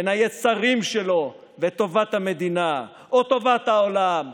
בין היצרים שלו לטובת המדינה או טובת העולם.